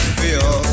feel